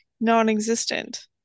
non-existent